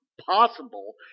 possible